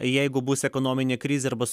jeigu bus ekonominė krizė arba